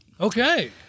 Okay